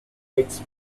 weeks